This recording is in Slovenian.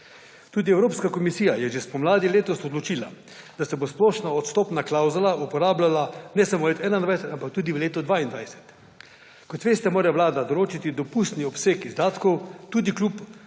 Tudi Evropska komisija je že spomladi letos odločila, da se bo splošna odstopna klavzula uporabljala ne samo v letu 2021, ampak tudi v letu 2022. Kot veste, mora Vlada določiti dopustni obseg izdatkov tudi kljub